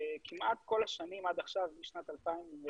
כמעט כל השנים, עד עכשיו משנת 2014,